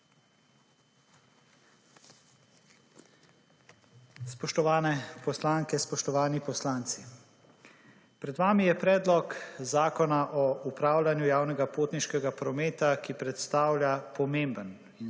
Spoštovane poslanke, spoštovani poslanci. Pred vami je predlog zakona o upravljanju javnega potniškega prometa, ki predstavlja pomemben